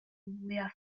mwyaf